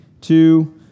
two